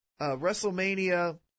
WrestleMania